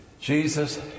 Jesus